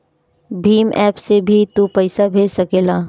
Bhim app से भी तू पईसा भेज सकेला